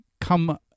come